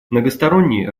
многосторонний